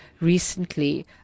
recently